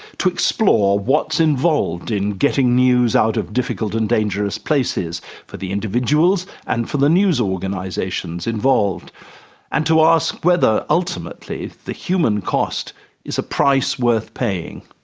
to explore what's involved in getting news out of difficult and dangerous places for the individuals and for the news organisations involved and to ask whether ultimately the human cost is a price worth paying.